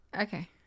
Okay